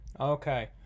okay